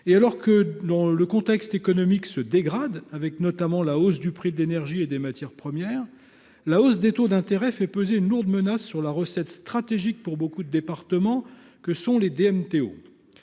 part, le contexte économique se dégrade, avec notamment la hausse du prix de l'énergie et des matières premières, l'augmentation des taux d'intérêt fait peser une lourde menace sur une recette stratégique pour nombre de départements : les